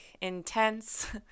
intense